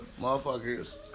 Motherfuckers